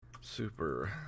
Super